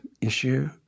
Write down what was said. issue